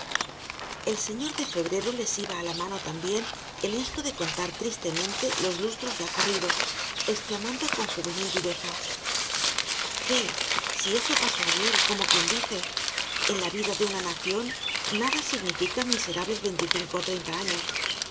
el señor de febrero les iba á la mano también en esto de contar tristemente los lustros ya corridos exclamando con juvenil viveza qué si eso pasó ayer como quien dice en la vida de una nación nada significan miserables veinticinco ó treinta años